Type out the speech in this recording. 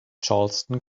charleston